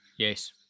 Yes